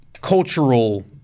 cultural